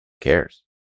cares